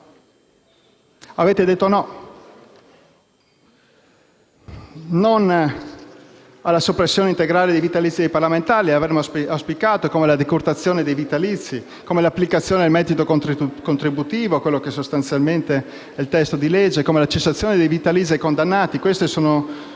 Avete detto «no»,